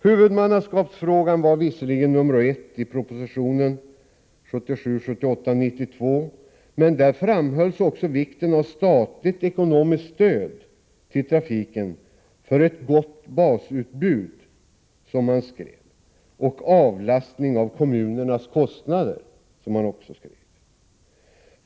Huvudmannaskapsfrågan var visserligen nummer 1 i propositionen 1977/ 78:92, men departementschefen framhöll starkt vikten av statligt ekonomiskt stöd till trafiken för ”ett gott basutbud” och ”avlastning av kommunernas kostnader”.